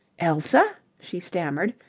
elsa? she stammered,